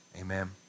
amen